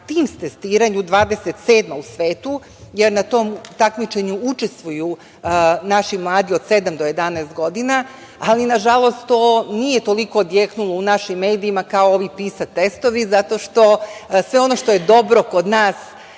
TIMSS testiranju 27. u svetu, jer na tom takmičenju učestvuju naši mladi od sedam do jedanaest godina, ali na žalost to nije toliko odjeknulo u našim medijima kao ni ovi PISA testovi zato što sve ono što je dobro kod nas